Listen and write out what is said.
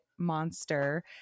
monster